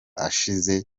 ashize